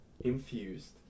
infused